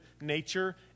nature